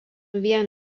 vien